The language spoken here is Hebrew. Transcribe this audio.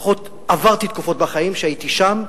לפחות עברתי תקופות בחיים שהייתי שם,